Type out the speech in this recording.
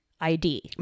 ID